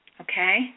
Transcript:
okay